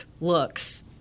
looks